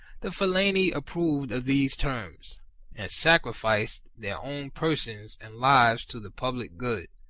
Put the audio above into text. the philaeni approved of the terms, and sacrificed their own persons and lives to the public good.